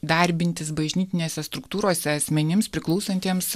darbintis bažnytinėse struktūrose asmenims priklausantiems